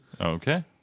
Okay